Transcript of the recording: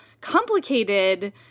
complicated